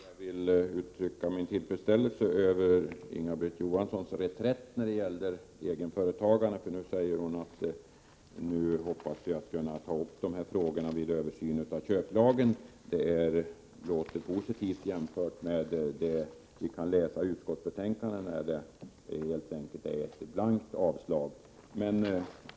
Herr talman! Jag vill uttrycka min tillfredsställelse över Inga-Britt Johanssons reträtt när det gäller egenföretagarna — nu säger hon att man hoppas kunna ta upp de frågorna vid översynen av köplagen. Det låter positivt jämfört med skrivningen i utskottsbetänkandet, som innebär ett blankt avslag.